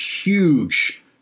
huge